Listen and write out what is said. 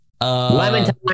Lemon